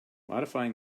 modifying